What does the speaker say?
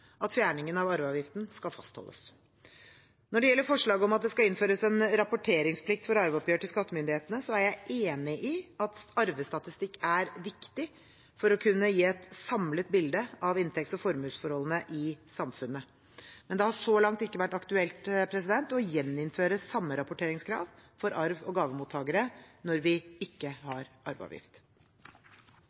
at fjerningen av arveavgiften skal fastholdes. Når det gjelder forslaget om at det skal innføres en rapporteringsplikt for arveoppgjør til skattemyndighetene, er jeg enig i at arvestatistikk er viktig for å kunne gi et samlet bilde av inntekts- og formuesforholdene i samfunnet, men det har så langt ikke vært aktuelt å gjeninnføre samme rapporteringskrav for arv- og gavemottakere når vi ikke har arveavgift.